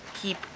keep